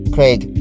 Craig